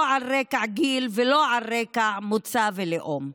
לא על רקע גיל ולא על רקע מוצא ולאום.